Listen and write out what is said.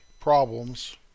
problems